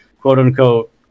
quote-unquote